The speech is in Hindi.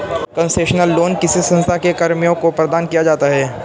कंसेशनल लोन किसी संस्था के कर्मियों को प्रदान किया जाता है